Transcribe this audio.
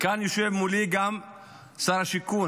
יושב כאן מולי גם שר השיכון,